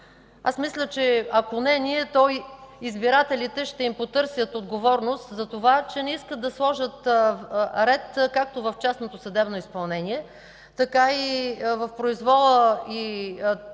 Мисля, че ако не ние, то избирателите ще им потърсят отговорност за това, че не искат да сложат ред както в частното съдебно изпълнение, така и в произвола и